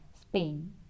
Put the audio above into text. Spain